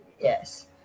Yes